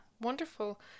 Wonderful